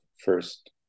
first